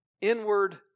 Inward